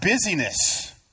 busyness